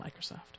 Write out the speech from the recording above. Microsoft